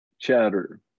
chatter